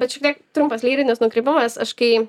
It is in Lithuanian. bet šiek tiek trumpas lyrinis nukrypimas aš kai